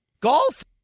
Golf